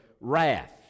wrath